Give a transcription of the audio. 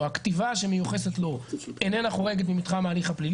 או הכתיבה שמיוחסת לו איננה חורגת ממתחם ההליך הפלילי